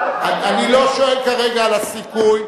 אני לא שואל כרגע על הסיכוי.